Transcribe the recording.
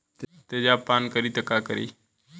तेजाब पान करी त का करी?